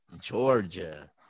Georgia